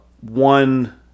one